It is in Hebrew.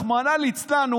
רחמנא ליצלן,